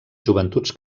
joventuts